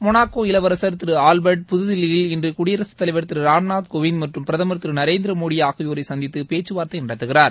Monaco இளவரசர் திரு Albert புதுதில்லியில் இன்று குடியரசத் தலைவர் திரு ராம்நாத் கோவிந்த் மற்றும் பிரதமர் திரு நரேந்திரமோடி ஆகியோரை சந்தித்து பேச்சுவார்த்தை நடத்துகிறார்